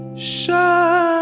shot